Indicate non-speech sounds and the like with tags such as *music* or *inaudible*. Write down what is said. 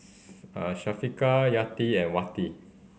*unintelligible* Yati and Wati